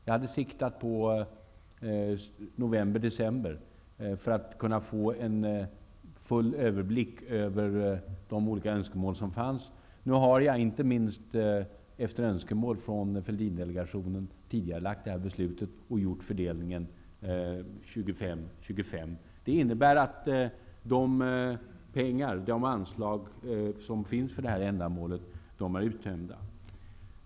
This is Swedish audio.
Jag hade siktat på november--december för att kunna få full överblick över de olika önskemål som fanns. Nu har jag alltså, inte minst efter önskemål från Fälldindelegationen, tidigarelagt det här beslutet och gjort fördelningen 25--25. Det innebär att de anslag som finns för det här ändamålet är uttömda.